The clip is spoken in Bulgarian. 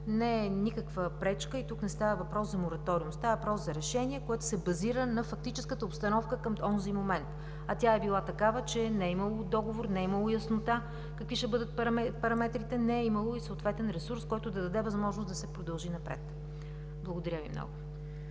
не е никаква пречка и тук не става въпрос за мораториум. Става въпрос за решение, което се базира на фактическата обстановка към онзи момент. Тя е била такава, че не е имало договор, не е имало яснота какви ще бъдат параметрите, не е имало и съответен ресурс, който да даде възможност да се продължи напред. Благодаря Ви.